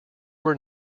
were